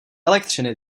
elektřiny